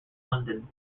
london